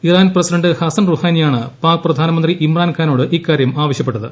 Iran president Hassan റുഹാനിയാണ് പാക് പ്രധാനമന്ത്രി ഇമ്രാൻഖാനോട് ഇക്കാര്യം ആവശ്യപ്പെട്ടത്